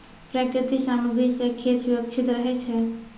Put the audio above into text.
प्राकृतिक सामग्री सें खेत सुरक्षित रहै छै